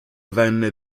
venne